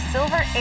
Silver